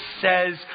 says